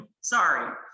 sorry